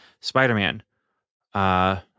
Spider-Man